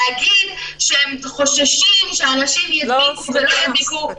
להגיד שהם חוששים שאנשים ידביקו ולא ידביקו,